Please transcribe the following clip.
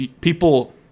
people